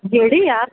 ಹೇಳಿ ಯಾರು